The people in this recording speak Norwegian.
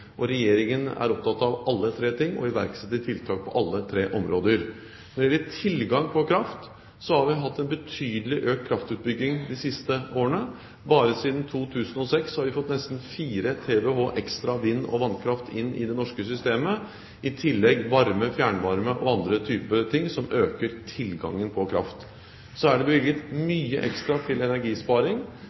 Regjeringen er opptatt av alle tre ting, og iverksetter tiltak på alle tre områder. Når det gjelder tilgang på kraft, har vi hatt en betydelig økt kraftutbygging de siste årene. Bare siden 2006 har vi fått nesten 4 TWh ekstra vind- og vannkraft inn i det norske systemet, i tillegg varme, fjernvarme og annet som øker tilgangen på kraft. Så er det bevilget mye ekstra til energisparing,